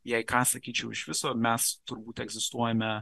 jei ką sakyčiau iš viso mes turbūt egzistuojame